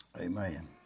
Amen